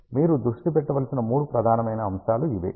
మీరు దృష్టి పెట్టవలసిన మూడు ప్రధానమైన అంశాలు ఇవే